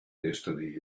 destiny